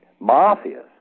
mafias